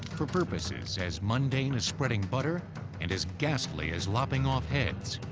for purposes as mundane as spreading butter and as ghastly as lopping off heads,